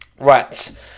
Right